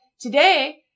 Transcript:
Today